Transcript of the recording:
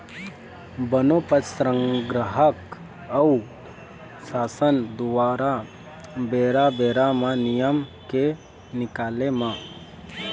बनोपज संग्राहक अऊ सासन दुवारा बेरा बेरा म नियम के निकाले म